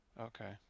Okay